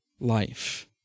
life